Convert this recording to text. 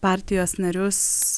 partijos narius